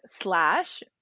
slash